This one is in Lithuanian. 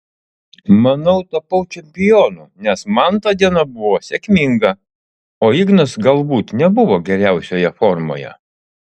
manau tapau čempionu nes man ta diena buvo sėkminga o ignas galbūt nebuvo geriausioje formoje